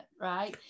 right